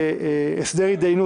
סביר,